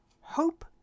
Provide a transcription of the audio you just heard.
Hope